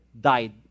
died